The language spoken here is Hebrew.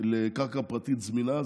קרקע פרטית זמינה,